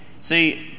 See